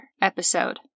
episode